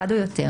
אחד או יותר,